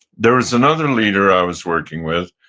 there was another leader i was working with,